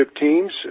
teams